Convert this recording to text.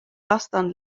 lastan